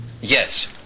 yes